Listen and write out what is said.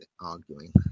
arguing